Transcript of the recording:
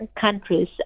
countries